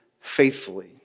faithfully